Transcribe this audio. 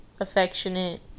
affectionate